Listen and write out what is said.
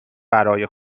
برای